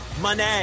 money